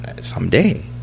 Someday